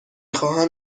خواهم